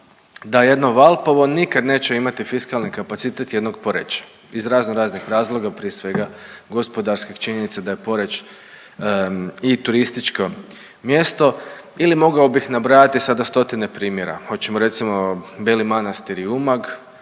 da jedno Valpovo nikad neće imati fiskalni kapacitet jednog Poreča iz razno raznih razloga, prije svega gospodarskih činjenica da je Poreč i turističko mjesto ili mogao bih nabrajati sada stotine primjera. Hoćemo recimo Beli Manastir i Umag,